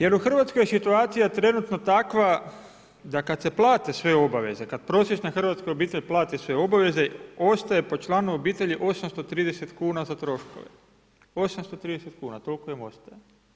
Jer u Hrvatskoj je situacija trenutno takva da kada se plate sve obaveze, kada prosječna hrvatska obitelj plati sve obaveza ostaje po članu obitelji 830 kuna za troškove, 830 kuna toliko im ostaje.